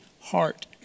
heart